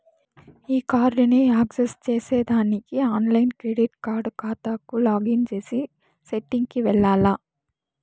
ఈ కార్డుని యాక్సెస్ చేసేదానికి ఆన్లైన్ క్రెడిట్ కార్డు కాతాకు లాగిన్ చేసే సెట్టింగ్ కి వెల్లాల్ల